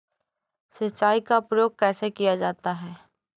सिंचाई का प्रयोग कैसे किया जाता है?